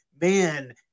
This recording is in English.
man